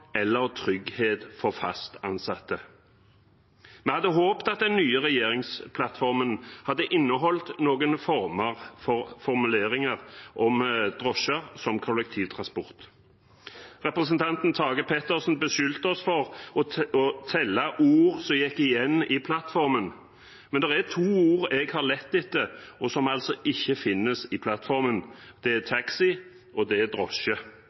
eller trygghet for fast ansatte. Vi hadde håpet at den nye regjeringsplattformen hadde inneholdt noen formuleringer om drosjer som kollektivtransport. Representanten Tage Pettersen beskyldte oss for å telle ord som gikk igjen i plattformen, men det er to ord jeg har lett etter, og som ikke finnes i plattformen, det er «taxi», og det er